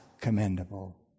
commendable